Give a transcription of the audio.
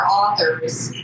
authors